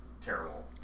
terrible